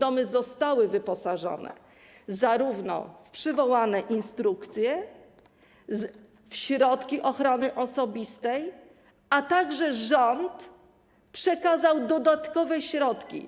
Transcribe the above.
Domy zostały wyposażone w przywołane instrukcje, środki ochrony osobistej, a także rząd przekazał dodatkowe środki.